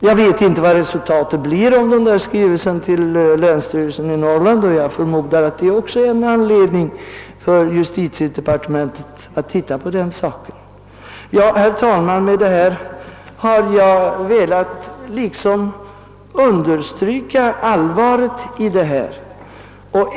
Jag vet inte vad resultatet blir av skrivelsen till länsstyrelsen i detta norrländska län, men jag förmodar att det finns anledning för justitiedepartementet att se även på denna sak. Herr talman! Med det sagda har jag velat understryka allvaret i frågan.